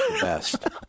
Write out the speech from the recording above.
Best